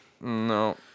no